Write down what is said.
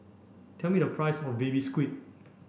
tell me the price of baby squid